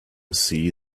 see